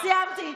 סיימתי.